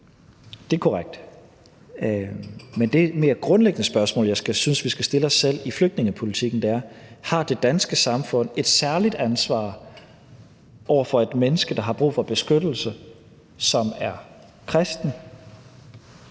Det er korrekt. Men det mere grundlæggende spørgsmål, som jeg synes vi skal stille os selv i flygtningepolitikken, er: Har det danske samfund et særligt ansvar over for et menneske, der har brug for beskyttelse, som er kristen,